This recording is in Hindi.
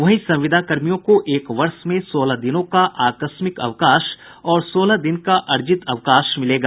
वहीं संविदाकर्मियों को एक वर्ष में सोलह दिनों का आकस्मिक अवकाश और सोलह दिन का अर्जित अवकाश मिलेगा